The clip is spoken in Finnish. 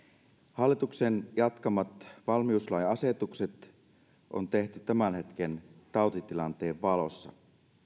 hallituksen jatkamat valmiuslain asetukset on tehty tämän hetken tautitilanteen valossa